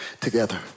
Together